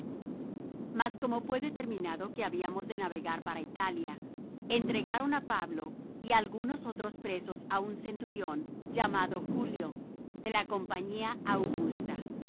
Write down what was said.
mas como fué determinado que habíamos de navegar para italia entregaron á pablo y algunos otros presos á un centurión llamado julio de la compañía augusta